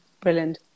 Brilliant